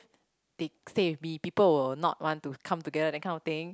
they play with the people will not want to come together that kind of thing